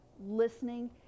listening